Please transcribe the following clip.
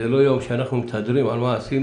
זה לא יום שאנחנו מתהדרים בו על מה עשינו,